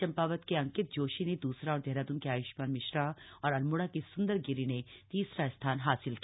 चंपावत के अंकित जोशी ने द्सरा और देहरादून के आय्ष्मान मिश्रा और अल्मोड़ा के सूंदर गिरी ने तीसरा स्थान हासिल किया